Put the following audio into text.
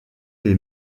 les